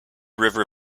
river